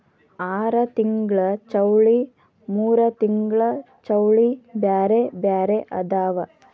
ಆರತಿಂಗ್ಳ ಚೌಳಿ ಮೂರತಿಂಗ್ಳ ಚೌಳಿ ಬ್ಯಾರೆ ಬ್ಯಾರೆ ಅದಾವ